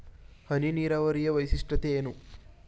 ಹನಿ ನೀರಾವರಿಯ ವೈಶಿಷ್ಟ್ಯತೆ ಏನು?